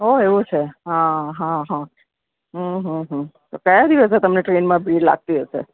ઓહ એવું છે હં હં હં હમ હમ હમ કયા તો કયા દિવસે તમને ટ્રેનમાં ભીડ લાગતી હશે